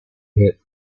hit